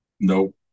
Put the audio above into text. Nope